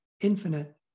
infinite